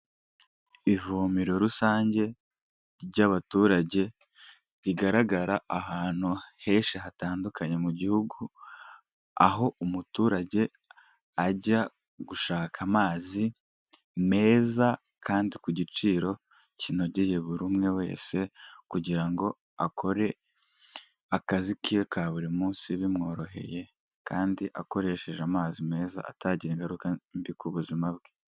Ivomero rusange ry'abaturage, rigaragara ahantu henshi hatandukanye mu gihugu, aho umuturage ajya gushaka amazi meza, kandi ku giciro kinogeye buri umwe wese, kugira ngo akore akazi k'iwe ka buri munsi bimworoheye, kandi akoresheje amazi meza atagira ingaruka mbi ku buzima bwe.